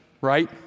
right